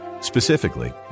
Specifically